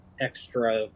extra